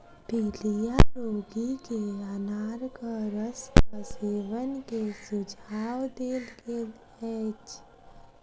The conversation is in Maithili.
पीलिया रोगी के अनारक रसक सेवन के सुझाव देल गेल अछि